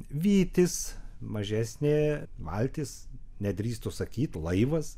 vytis mažesnė valtis nedrįstu sakyt laivas